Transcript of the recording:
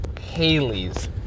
Haley's